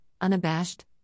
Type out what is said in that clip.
unabashed